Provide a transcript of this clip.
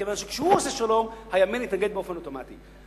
כיוון שכשהוא עושה שלום הימין מתנגד באופן אוטומטי.